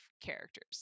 characters